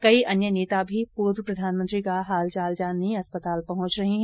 कई अन्य नेता भी पर्वर्व प्रधानमंत्री का हालचाल जानने अस्पताल पहंच रहे हैं